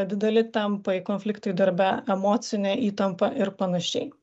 dideli tampai konfliktai darbe emocinė įtampa ir panašiai